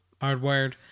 Hardwired